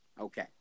okay